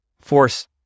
Force